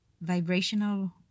vibrational